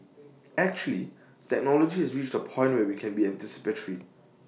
actually technology has reached A point where we can be anticipatory